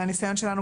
מהניסיון שלנו,